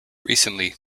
recently